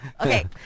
Okay